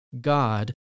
God